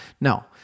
No